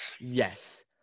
Yes